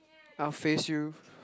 I'll face you